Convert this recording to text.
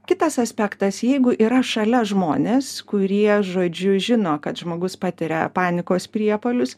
kitas aspektas jeigu yra šalia žmonės kurie žodžiu žino kad žmogus patiria panikos priepuolius